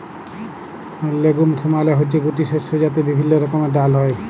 legumes মালে হচ্যে গুটি শস্য যাতে বিভিল্য রকমের ডাল হ্যয়